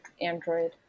Android